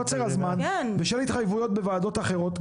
מפאת קוצר הזמן בשל התחייבויות בוועדות אחרות,